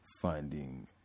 finding